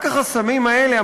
רק החסמים האלה,